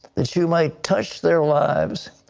that you might touch their lives,